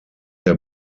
der